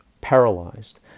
paralyzed